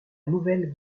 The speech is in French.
nouvelle